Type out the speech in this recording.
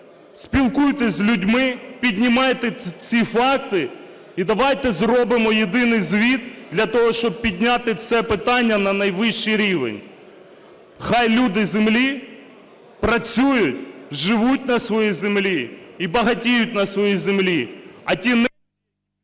спілкуйтесь з людьми, піднімайте ці факти. І давайте зробимо єдиний звіт для того, щоб підняти це питання на найвищий рівень. Хай люди землі працюють, живуть на своїй землі і багатіють на своїй землі,